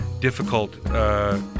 difficult